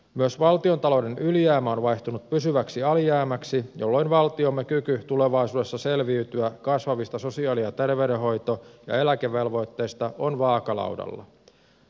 myös valtiontalouden ylijäämä on vaihtunut pysyväksi alijäämäksi jolloin valtiomme kyky tulevaisuudessa selviytyä kasvavista sosiaali ja terveydenhoito ja eläkevelvoitteista on vaakalaudalla